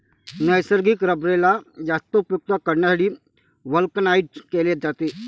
नैसर्गिक रबरेला जास्त उपयुक्त करण्यासाठी व्हल्कनाइज्ड केले जाते